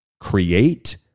create